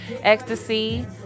Ecstasy